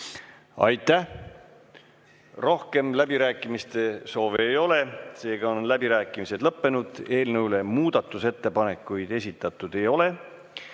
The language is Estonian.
Aitäh! Rohkem läbirääkimiste soovi ei ole, seega on läbirääkimised lõppenud. Eelnõu kohta muudatusettepanekuid esitatud ei ole.